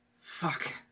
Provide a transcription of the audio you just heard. fuck